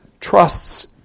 trusts